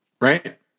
right